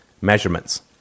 measurements